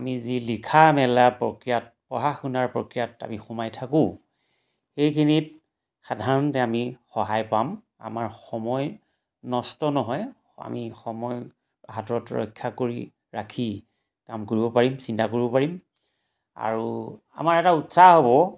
আমি যি লিখা মেলা প্ৰক্ৰিয়াত পঢ়া শুনাৰ প্ৰক্ৰিয়াত আমি সোমাই থাকোঁ সেইখিনিত সাধাৰণতে আমি সহায় পাম আমাৰ সময় নষ্ট নহয় আমি সময় হাতত ৰক্ষা কৰি ৰাখি কাম কৰিব পাৰিম চিন্তা কৰিব পাৰিম আৰু আমাৰ এটা উৎসাহ হ'ব